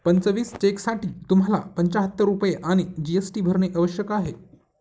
पंचवीस चेकसाठी तुम्हाला पंचाहत्तर रुपये आणि जी.एस.टी भरणे आवश्यक आहे